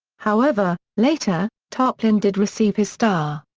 however, later, tarplin did receive his star.